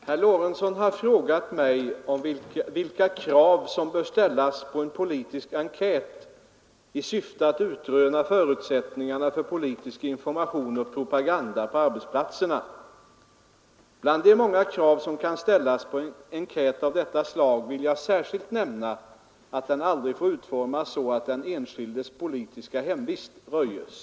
Herr talman! Herr Lorentzon har frågat mig om vilka krav som bör ställas på en politisk enkät i syfte att utröna förutsättningarna för politisk information och propaganda på arbetsplatserna. Bland de många krav som kan ställas på en enkät av detta slag vill jag särskilt nämna att den aldrig får utformas så att den enskildes politiska hemvist röjes.